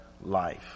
life